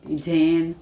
zen